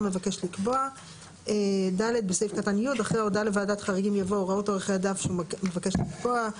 (6)(4) שקראנו אותו קודם, והוא מתייחס גם